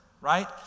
right